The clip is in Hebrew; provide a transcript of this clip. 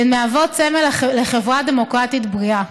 והן מהוות סמל לחברה דמוקרטית בריאה.